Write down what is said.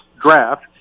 draft